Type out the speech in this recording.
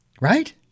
right